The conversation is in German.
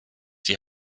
die